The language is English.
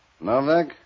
Novak